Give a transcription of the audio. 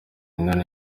nanone